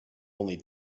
only